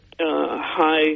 high